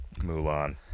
mulan